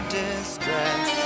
distress